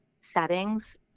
settings